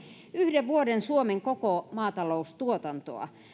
yhden vuoden suomen koko maataloustuotantoa